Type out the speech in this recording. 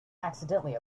accidentally